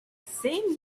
same